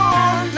on